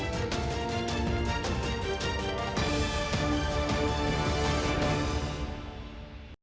Дякую.